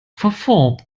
verformt